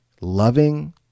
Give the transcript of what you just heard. loving